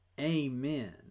Amen